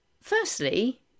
firstly